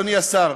אדוני השר,